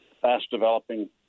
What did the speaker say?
fast-developing